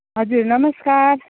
हजुर नमस्कार